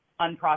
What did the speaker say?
unprocessed